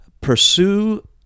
pursue